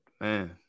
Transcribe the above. Man